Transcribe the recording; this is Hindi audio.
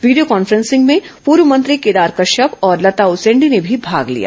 वीडियो कॉन्फ्रेंसिंग में पूर्व मंत्री केदार कश्यप और लता उसेंडी ने भी भाग लिया